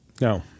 No